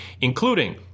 including